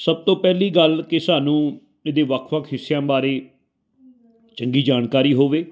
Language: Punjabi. ਸਭ ਤੋਂ ਪਹਿਲੀ ਗੱਲ ਕਿ ਸਾਨੂੰ ਇਹਦੇ ਵੱਖ ਵੱਖ ਹਿੱਸਿਆਂ ਬਾਰੇ ਚੰਗੀ ਜਾਣਕਾਰੀ ਹੋਵੇ